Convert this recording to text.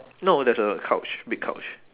no there's a couch big couch